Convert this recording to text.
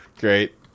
Great